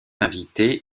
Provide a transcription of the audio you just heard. invités